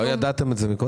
לא ידעתם את זה קודם?